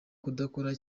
kudakora